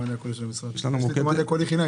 יש לי מענה קולי חינם,